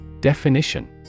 Definition